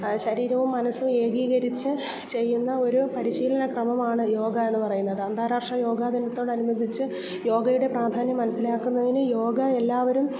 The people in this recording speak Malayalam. ശരീരവും മനസ്സും ഏകീകരിച്ച് ചെയ്യുന്ന ഒരു പരിശീലന ക്രമമാണ് യോഗ എന്നു പറയുന്നത് അന്താരാഷ്ട്ര യോഗ ദിനത്തോട് അനുബന്ധിച്ച് യോഗയുടെ പ്രാധാന്യം മനസ്സിലാക്കുന്നതിന് യോഗ എല്ലാവരും